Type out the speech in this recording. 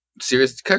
serious